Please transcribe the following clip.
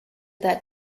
that